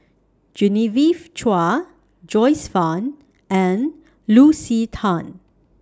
Genevieve Chua Joyce fan and Lucy Tan